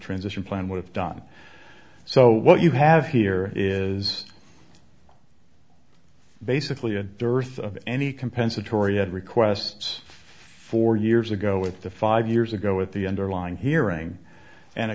transition plan with done so what you have here is basically a dearth of any compensatory ed requests four years ago with the five years ago at the underlying hearing and a